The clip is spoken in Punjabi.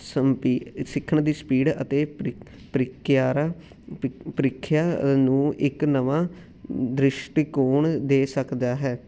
ਸੰਪੀ ਸਿੱਖਣ ਦੀ ਸਪੀਡ ਅਤੇ ਪ੍ਰੀ ਪ੍ਰਕਿਰਿਆ ਪ੍ਰੀਖਿਆ ਨੂੰ ਇੱਕ ਨਵਾਂ ਦ੍ਰਿਸ਼ਟੀਕੋਣ ਦੇ ਸਕਦਾ ਹੈ